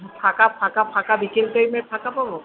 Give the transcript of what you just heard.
ফাঁকা ফাঁকা ফাঁকা বিকেল টাইমে ফাঁকা পাব